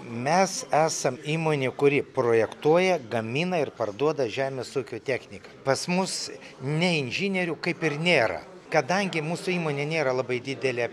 mes esam įmonė kuri projektuoja gamina ir parduoda žemės ūkio techniką pas mus ne inžinierių kaip ir nėra kadangi mūsų įmonė nėra labai didelė